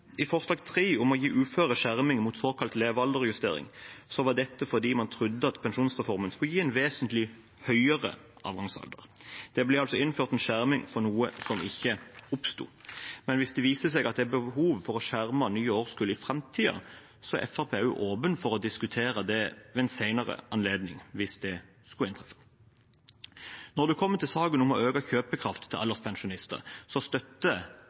forslag nr. 3, om å gi uføre skjerming mot såkalt levealdersjustering, var dette fordi man trodde at pensjonsreformen skulle gi en vesentlig høyere avgangsalder. Det ble altså innført en skjerming for noe som ikke oppsto. Hvis det viser seg at det er behov for å skjerme nye årskull i framtiden, er Fremskrittspartiet åpen for å diskutere det ved en senere anledning, hvis det skulle inntreffe. Når det kommer til saken om å øke kjøpekraft til